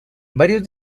varios